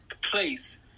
place